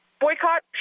boycott